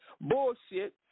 bullshit